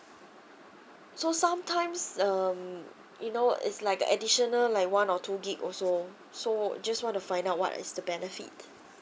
so sometimes um you know it's like additional like one or two gig also so just want to find out what is the benefit